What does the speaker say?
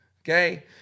Okay